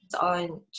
on